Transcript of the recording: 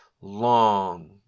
Long